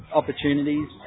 opportunities